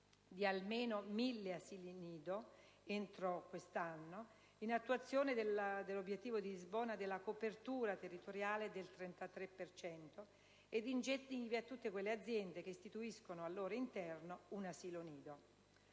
di almeno 1.000 nuovi asili nido entro quest'anno, in attuazione dell'obiettivo di Lisbona della copertura territoriale del 33 per cento, e incentivi a tutte le aziende che istituiscano al loro interno un asilo nido;